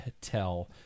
tell